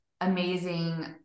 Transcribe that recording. amazing